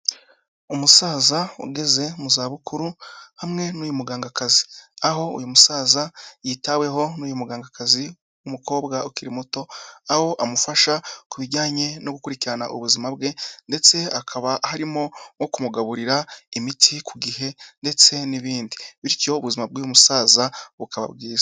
Umusaza ugeze mu za bukuru hamwe n'uyu mugangakazi aho uyu musaza yitaweho n'uyu mugangakazi, umukobwa ukiri muto aho amufasha ku bijyanye no gukurikirana ubuzima bwe ndetse hakaba harimo nko kumugaburira imiti ku gihe, ndetse n'ibindi bityo ubuzima bw'uyu musaza bukaba bwiza.